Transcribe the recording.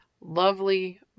lovely